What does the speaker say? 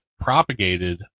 propagated